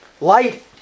light